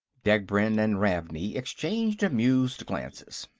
degbrend and ravney exchanged amused glances.